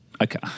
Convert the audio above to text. Okay